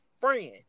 friend